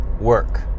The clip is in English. work